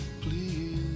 please